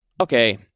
Okay